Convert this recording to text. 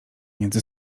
między